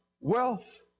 wealth